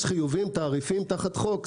יש חיובים, תעריפים תחת חוק.